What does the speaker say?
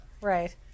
Right